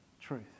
truth